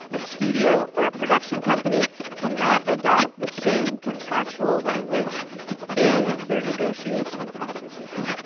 a studio or a production company cannot adopt the same contractual language in their negotiation processes.